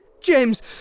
James